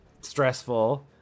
Stressful